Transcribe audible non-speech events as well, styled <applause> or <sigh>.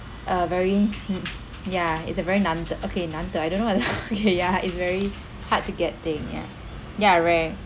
a very hmm yeah it's a very 难的 okay 难的 I don't know what <laughs> okay ya it's very hard to get thing ya ya rare